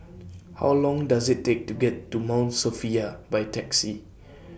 How Long Does IT Take to get to Mount Sophia By Taxi